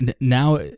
Now